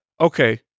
Okay